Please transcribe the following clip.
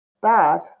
bad